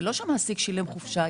זה לא שהמעסיק שילם חופשה.